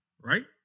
right